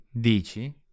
dici